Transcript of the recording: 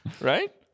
Right